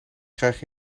krijg